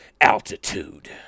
Altitude